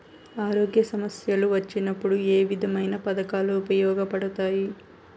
ఆరోగ్య సమస్యలు వచ్చినప్పుడు ఏ విధమైన పథకాలు ఉపయోగపడతాయి